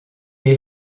est